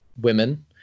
women